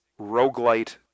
roguelite